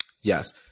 Yes